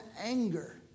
anger